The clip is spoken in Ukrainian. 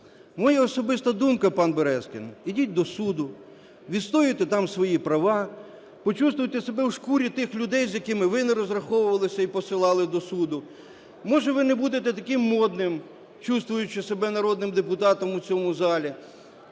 Моя особиста думка, пан Березкін. Ідіть до суду, відстоюйте там свої права, почуствуйте себе в шкурі тих людей, з якими ви не розраховувалися і посилали до суду, може, ви не будете таким модним, почуваючи себе народним депутатом у цьому залі.